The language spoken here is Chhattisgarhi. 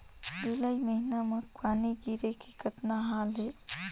जुलाई महीना म पानी गिरे के कतना हाल हे?